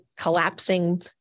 collapsing